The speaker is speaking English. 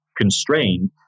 constrained